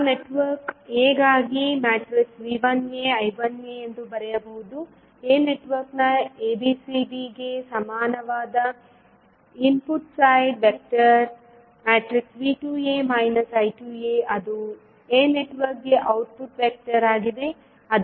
ನಾವು ನೆಟ್ವರ್ಕ್ ಎಗಾಗಿV1a I1a ಎಂದು ಬರೆಯಬಹುದು ಎ ನೆಟ್ವರ್ಕ್ನ ABCD ಗೆ ಸಮಾನವಾದ input side vector V2a I2a ಅದು ಎ ನೆಟ್ವರ್ಕ್ಗೆ ಔಟ್ಪುಟ್ ವೆಕ್ಟರ್ ಆಗಿದೆ